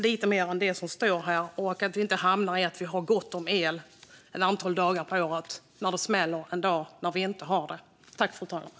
Vi får inte hamna i ett läge där vi har gott om el ett antal dagar per år men inte har det den dag det smäller.